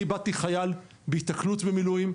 אני איבדתי חייל בהיתקלות במילואים,